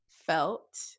felt